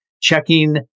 checking